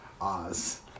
Oz